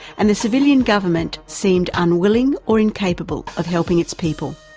and the civilian government seemed unwilling or incapable of helping its people.